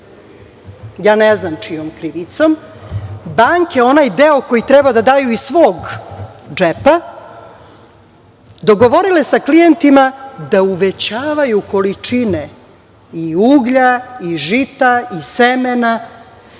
ja ne znam čijom krivicom, banke onaj deo koji treba da daju iz svog džepa, dogovorile sa klijentima da uvećavaju količine i uglja i žita i semena,